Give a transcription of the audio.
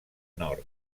nord